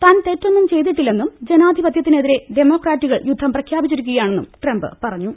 താൻ തെറ്റൊന്നും ചെയ്തിട്ടില്ലെന്നും ജനാധിപത്യ ത്തിനെതിരെ ഡെമോക്രാറ്റുകൾ യുദ്ധം പ്രഖ്യാപിച്ചിരിക്കുകയാ ണെന്നും ട്രംപ് പറഞ്ഞു